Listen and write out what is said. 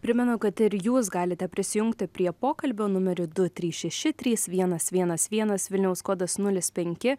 primenu kad ir jūs galite prisijungti prie pokalbio numeriu du trys šeši trys vienas vienas vienas vilniaus kodas nulis penki